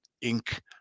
ink